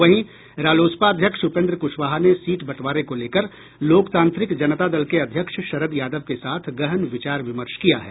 वहीं रालोसपा अध्यक्ष उपेन्द्र कृशवाहा ने सीट बंटवारे को लेकर लोकतांत्रिक जनता दल के अध्यक्ष शरद यादव के साथ गहन विचार विमर्श किया है